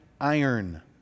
iron